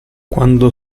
quando